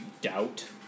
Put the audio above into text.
doubt